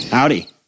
Howdy